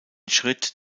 schritt